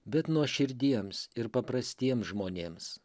bet nuoširdiems ir paprastiem žmonėms